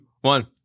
one